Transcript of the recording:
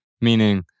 meaning